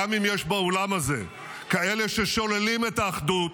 גם אם יש באולם הזה כאלה ששוללים את האחדות,